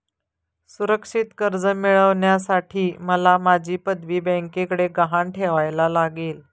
सुरक्षित कर्ज मिळवण्यासाठी मला माझी पदवी बँकेकडे गहाण ठेवायला लागेल